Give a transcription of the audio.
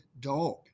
dog